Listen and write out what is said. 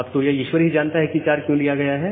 अब यह तो ईश्वर ही जानता है कि 4 क्यों लिया गया है